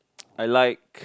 I like